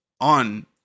on